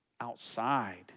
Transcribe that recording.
outside